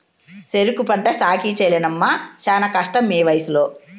సెరుకు పంట సాకిరీ చెయ్యలేనమ్మన్నీ శానా కష్టమీవయసులో